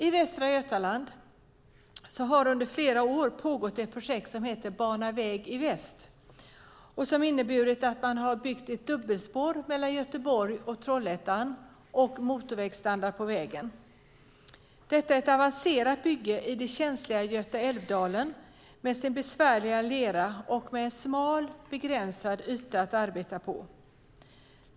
I Västra Götaland har under flera år pågått ett projekt som heter Bana väg i väst och som inneburit att man byggt ett dubbelspår mellan Göteborg och Trollhättan och byggt ut vägen till motorvägsstandard. Detta är ett avancerat bygge i den känsliga Götaälvdalen med sin besvärliga lera och med en smal och begränsad yta att arbeta på.